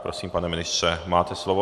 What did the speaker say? Prosím, pane ministře, máte slovo.